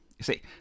see